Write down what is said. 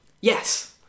yes